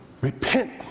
Repent